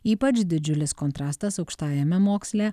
ypač didžiulis kontrastas aukštajame moksle